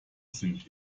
sind